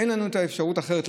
אין אפשרות אחרת,